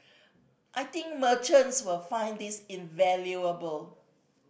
I think merchants will find this invaluable